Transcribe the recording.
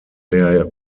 der